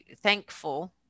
thankful